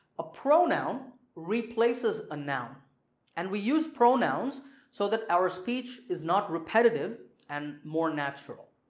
a pronoun replaces a noun and we use pronouns so that our speech is not repetitive and more natural.